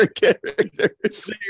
characters